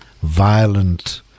violent